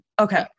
okay